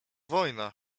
wojna